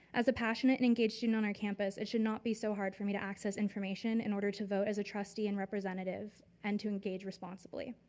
as a passionate and engaged student and on our campus it should not be so hard for me to access information in order to vote as a trustee and representative and to engage responsibly.